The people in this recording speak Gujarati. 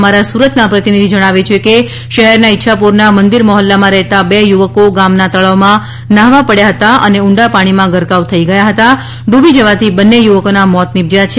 અમારા સુરતના પ્રતિનિધિના જણાવ્યા મુજબ શહેરના ઇચ્છાપોરના મંદિર મહોલ્લામાં રહેતા બે યુવકો ગામના તળાવમાં નાહવા પડ્યા હતા અને ઊંડા પાણીમાં ગરકાવ થઇ ગયા જતા ડુબી જવાથી બન્ને યુવકોના મોત નિપજ્યા છે